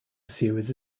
series